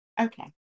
Okay